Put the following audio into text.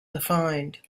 defined